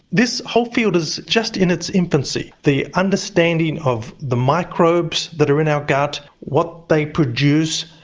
this whole field is just in its infancy, the understanding of the microbes that are in our gut, what they produce,